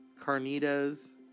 Carnitas